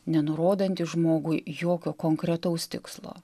nenurodantys žmogui jokio konkretaus tikslo